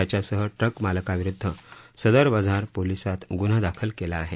त्याच्यासह ट्रकमालकाविरुद्ध सदर बझार पोलिसात गुन्हा दाखल केला आहे